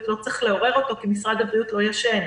לא צריך לעורר כי משרד הבריאות לא ישן,